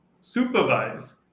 supervise